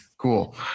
cool